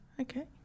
Okay